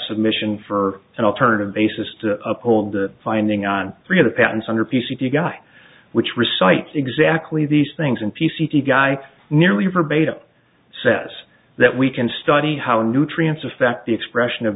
submission for an alternative basis to uphold the finding on three of the patents under p c p guy which recites exactly these things and p c p guy nearly verbatim says that we can study how nutrients affect the expression of